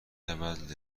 رود